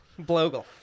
Blogel